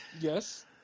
Yes